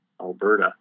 Alberta